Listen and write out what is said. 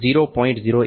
5 50 0